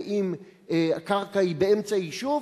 ואם הקרקע היא באמצע יישוב,